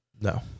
No